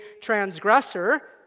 transgressor